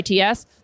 ATS